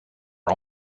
are